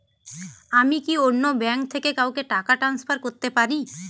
আমি কি অন্য ব্যাঙ্ক থেকে কাউকে টাকা ট্রান্সফার করতে পারি?